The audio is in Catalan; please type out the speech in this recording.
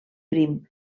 prim